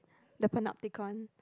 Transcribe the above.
the Panopticon